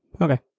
Okay